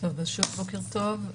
שוב, בוקר טוב.